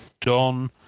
Don